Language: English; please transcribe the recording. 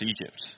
Egypt